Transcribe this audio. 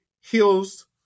heals